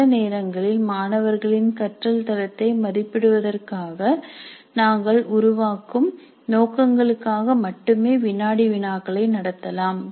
சில நேரங்களில் மாணவர்களின் கற்றல் தரத்தை மதிப்பிடுவதற்காக நாங்கள் உருவாக்கும் கண்டறியும் நோக்கங்களுக்காக மட்டுமே வினாடி வினாக்களை நடத்தலாம்